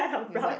with what